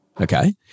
Okay